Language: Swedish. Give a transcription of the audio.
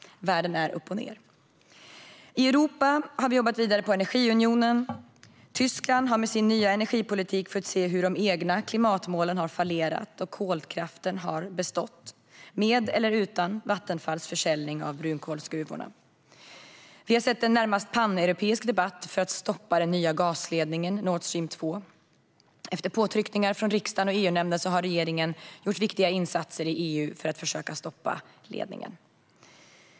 Världen är uppochned. I Europa har vi jobbat vidare med energiunionen. Tyskland har med sin nya energipolitik fått se hur de egna klimatmålen har fallerat och kolkraften bestått, med eller utan Vattenfalls försäljning av brunkolsgruvorna. Vi har sett en närmast paneuropeisk debatt för att stoppa den nya gasledningen Nord Stream 2. Efter påtryckningar från riksdagen och EU-nämnden har regeringen gjort viktiga insatser i EU för att försöka stoppa ledningen.